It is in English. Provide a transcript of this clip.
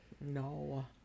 No